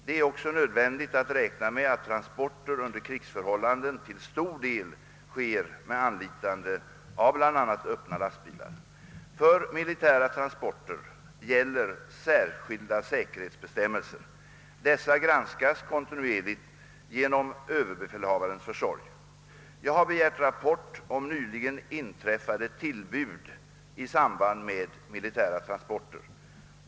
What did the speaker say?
Det är också nödvändigt att räkna med att transporter under = krigsförhållanden till stor del sker med anlitande av bl.a. öppna lastbilar. För militära transporter gäller särskilda säkerhetsbestämmelser. Dessa granskas kontinuerligt genom Ööverbefälhavarens försorg. Jag har begärt rapport om nyligen inträffade tillbud i samband med militära transporter.